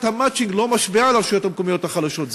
המצ'ינג לא משפיעה על הרשויות המקומיות החלשות.